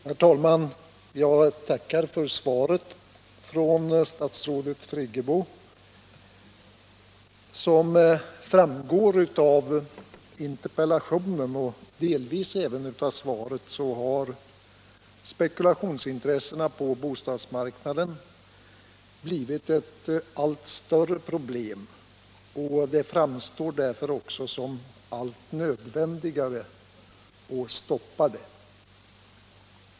Herr talman! Jag tackar för svaret från statsrådet Friggebo. Som framgår av interpellationen och delvis även av svaret har spekulationsintressena på bostadsmarknaden blivit ett allt större problem. Det framstår därför också som allt nödvändigare att stoppa spekulationen.